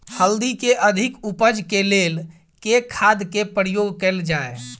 हल्दी केँ अधिक उपज केँ लेल केँ खाद केँ प्रयोग कैल जाय?